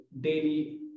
daily